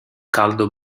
caldo